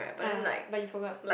ah but you forgot